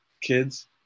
kids